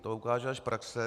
To ukáže až praxe.